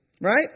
right